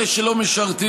אלה שלא משרתים,